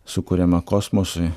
sukuriama kosmosui